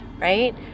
right